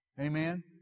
Amen